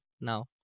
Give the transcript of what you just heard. now